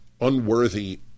unworthy